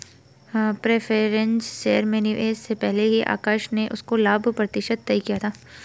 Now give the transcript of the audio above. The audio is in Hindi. प्रेफ़रेंस शेयर्स में निवेश से पहले ही आकाश ने उसका लाभ प्रतिशत तय किया था